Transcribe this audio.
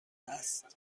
است